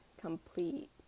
complete